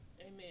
Amen